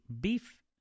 beef